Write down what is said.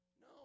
No